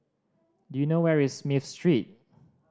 do you know where is Smith Street